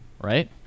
right